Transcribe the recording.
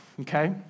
Okay